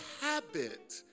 habit